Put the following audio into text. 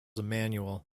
emmanuel